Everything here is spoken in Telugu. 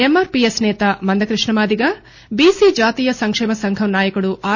యంఆర్పిఎస్ సేత మంద క్రిప్ణమాదిగ బిసి జాతీయ సంక్షేమ సంఘం నాయకుడు ఆర్